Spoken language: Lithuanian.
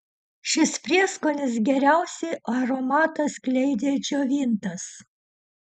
šis prieskonis geriausiai aromatą skleidžia džiovintas